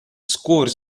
scores